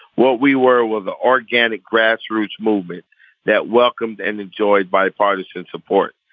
what we were with the organic grass roots movement that welcomed and enjoyed bipartisan support.